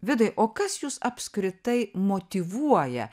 vidai o kas jus apskritai motyvuoja